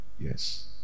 Yes